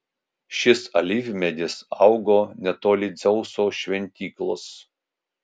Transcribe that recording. šis alyvmedis augo netoli dzeuso šventyklos